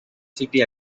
city